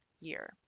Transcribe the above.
year